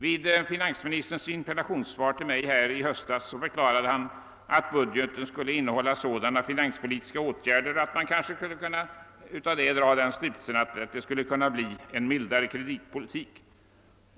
I ett interpellationssvar till mig förklarade finansministern i höstas att budgeten skulle komma att innehålla sådana finanspolitiska åtgärder att man kanske skulle kunna tillämpa en milda re kreditpolitik.